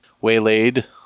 waylaid